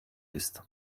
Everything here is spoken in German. ist